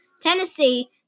Tennessee